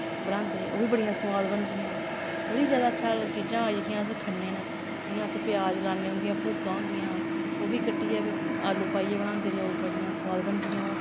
बनांदे ओह् बी बड़ियां सोआद बनदियां बड़ी ज्यादा शैल चीजां जेह्कियां असल खन्ने न जियां अस प्याज लान्ने उंदियां पूकां होंदियां न ओह् बी कट्टियै आलू पाइयै बनांदे लोग बड़ियां सोआद बनदियां ओह्